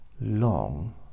long